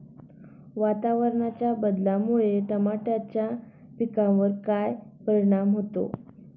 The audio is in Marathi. वातावरणाच्या बदलामुळे टमाट्याच्या पिकावर काय परिणाम होतो?